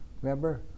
Remember